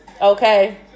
okay